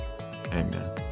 Amen